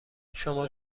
شما